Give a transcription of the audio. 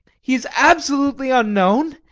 he is absolutely unknown,